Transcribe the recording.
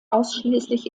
ausschließlich